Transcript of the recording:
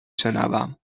شنوم